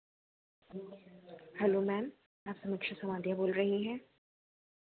hello ma'am आप समीक्षा सामाध्या बोल रही हैं